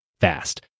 fast